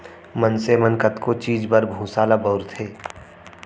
मनसे मन कतको चीज बर भूसा ल बउरथे